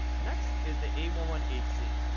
next is the a one one eight c.